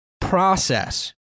process